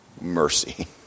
mercy